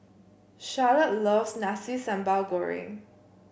Charolette loves Nasi Sambal Goreng